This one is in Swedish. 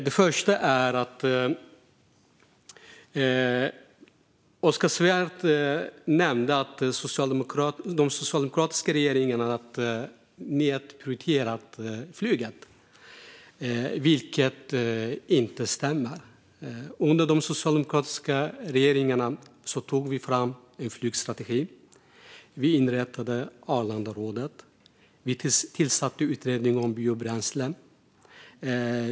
Den första är att Oskar Svärd sa att de socialdemokratiska regeringarna har nedprioriterat flyget, vilket inte stämmer. Under de socialdemokratiska regeringarna tog vi fram en flygstrategi. Vi inrättade Arlandarådet. Vi tillsatte en utredning om biobränslen.